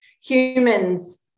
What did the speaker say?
humans